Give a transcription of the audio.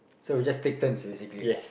so we just take turns basically